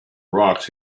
rocks